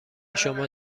شما